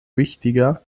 wichtiger